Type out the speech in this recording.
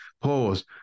Pause